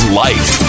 life